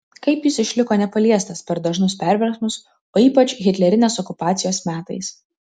kaip jis išliko nepaliestas per dažnus perversmus o ypač hitlerinės okupacijos metais